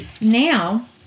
Now